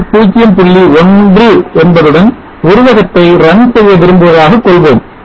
1 என்பதுடன் உருவகத்தை ரன் செய்ய விரும்புவதாக கொள்வோம்